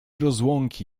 rozłąki